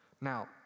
Now